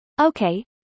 Okay